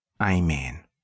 Amen